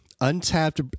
untapped